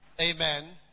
Amen